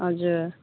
हजुर